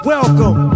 Welcome